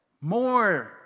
more